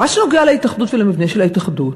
מה שנוגע להתאחדות ולמבנה של ההתאחדות,